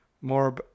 more